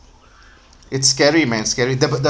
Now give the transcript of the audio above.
it's scary man scary the b~ the